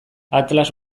atlas